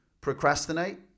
procrastinate